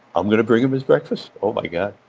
i'm going to bring him his breakfast? oh my god.